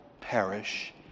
perish